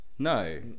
no